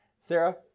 Sarah